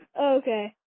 Okay